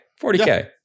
40k